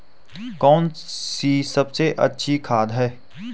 कौन सी सबसे अच्छी खाद है?